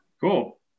cool